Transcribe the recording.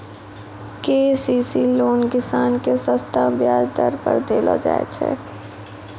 KCC loan किसान के सस्ता ब्याज दर पर देलो जाय छै